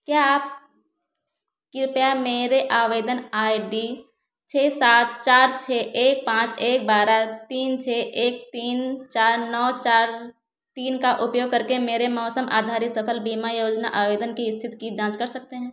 क्या आप कृपया मेरे आवेदन आई डी छः सात चार छः एक पाँच एक बारह तीन छः एक तीन चार नौ चार तीन का उपयोग करके मेरे मौसम आधारित सफल बीमा योजना आवेदन की स्थिति की जांच कर सकते हैं